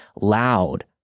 loud